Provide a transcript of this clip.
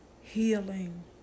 healing